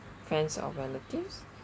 friends or relatives